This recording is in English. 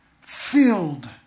Filled